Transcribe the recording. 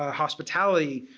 ah hospitality,